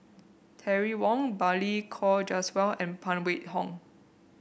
Terry Wong Balli Kaur Jaswal and Phan Wait Hong